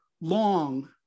long